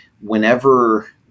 whenever